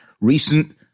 Recent